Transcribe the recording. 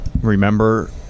remember